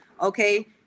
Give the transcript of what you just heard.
okay